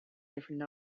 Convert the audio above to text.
different